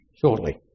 shortly